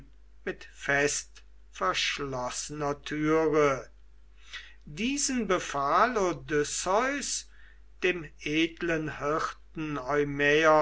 mit festverschlossener türe diesen befahl odysseus dem edlen hirten